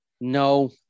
no